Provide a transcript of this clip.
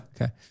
Okay